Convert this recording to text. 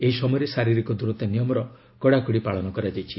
ଏହି ସମୟରେ ଶାରିରୀକ ଦୂରତା ନିୟମର କଡ଼ାକଡ଼ି ପାଳନ କରାଯାଇଛି